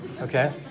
Okay